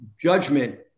judgment